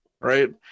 right